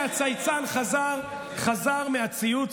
הצייצן חזר מהציוץ.